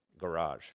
garage